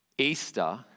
Easter